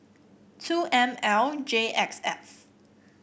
two M L J X F